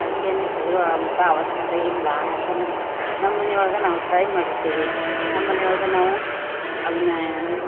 ಅದ್ಕ ಏನು ಹೆದ್ರೋ ಅಂತ ಅವಶ್ಯಕತೆ ಇಲ್ಲ ಯಾಕಂದರೆ ನಮ್ಮ ಮನಿ ಒಳಗ ನಾವು ಟ್ರೈ ಮಾಡಿರ್ತೀವಿ ನಮ್ಮ ಮನೆ ಒಳಗ ನಾವು ಅದನ್ನ